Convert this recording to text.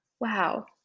Wow